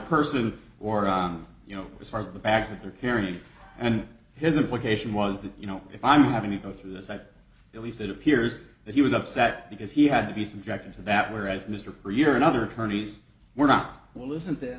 person or you know as far as the backs of their hearing and his implication was that you know if i'm having to go through this that at least it appears that he was upset because he had to be subjected to that whereas mr puryear another attorneys were not well isn't that